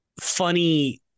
funny